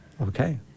Okay